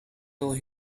though